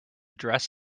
dress